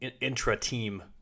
intra-team